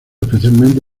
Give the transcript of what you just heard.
especialmente